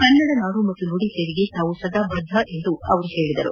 ಕನ್ನಡ ನಾಡು ಮತ್ತು ನುಡಿ ಸೇವೆಗೆ ತಾವು ಸದಾ ಬದ್ದ ಎಂದರು